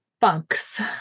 funks